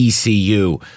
ECU